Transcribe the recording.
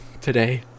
today